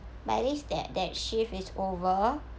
but at least that that shift is over